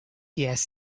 gas